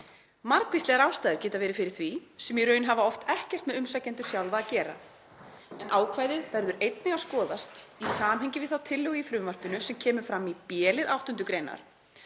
Margvíslegar ástæður geta verið fyrir því sem í raun hafa oft ekkert með umsækjendur sjálfa að gera, en ákvæðið verður einnig að skoðast í samhengi við þá tillögu í frumvarpinu sem fram kemur í b-lið 8. gr. þar